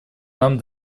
нам